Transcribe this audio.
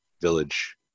village